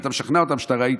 ואתה משכנע אותם שאתה ראית.